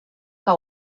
que